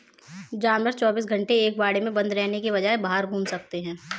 जानवर चौबीस घंटे एक बाड़े में बंद रहने के बजाय बाहर घूम सकते है